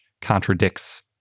contradicts